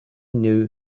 knew